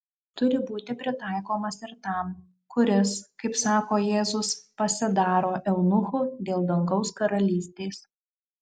turi būti pritaikomas ir tam kuris kaip sako jėzus pasidaro eunuchu dėl dangaus karalystės